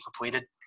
completed